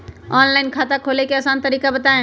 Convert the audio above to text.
Online खाता खोले के आसान तरीका बताए?